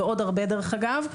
ועוד הרבה דרך אגב,